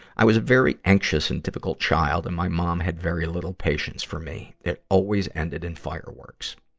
i was a very anxious and difficult child, and my mom had very little patience for me. it always ended in fireworks.